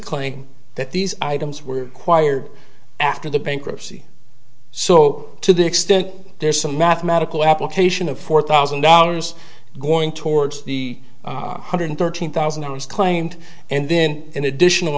claim that these items were acquired after the bankruptcy so to the extent there's some mathematical application of four thousand dollars going towards the hundred thirteen thousand dollars claimed and then an additional